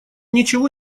ничего